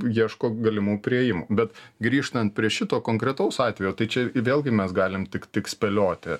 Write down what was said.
ieško galimų priėjimų bet grįžtant prie šito konkretaus atvejo tai čia vėlgi mes galim tik tik spėlioti